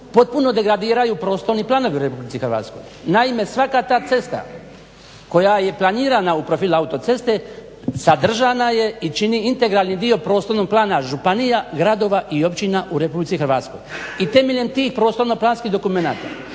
potpuno degradiraju prostorni planovi u RH. naime, svaka ta cesta koja je planirana u profil autoceste sadržana je i čini integralni dio prostornog plana županija, gradova i općina u RH. i temeljem tih prostorno-planskih dokumenata